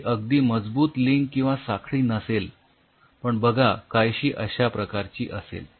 ही अगदी मजबूत लिंक किंवा साखळी नसेल पण बघा काहीशी अश्या प्रकारची असेल